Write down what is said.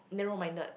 narrow minded